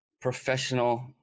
professional